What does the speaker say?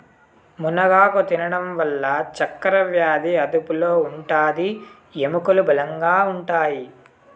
మునగాకు తినడం వల్ల చక్కరవ్యాది అదుపులో ఉంటాది, ఎముకలు బలంగా ఉంటాయి